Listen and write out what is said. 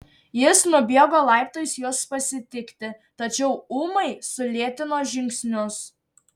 jis nubėgo laiptais jos pasitikti tačiau ūmai sulėtino žingsnius